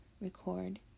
record